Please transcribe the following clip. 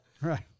Right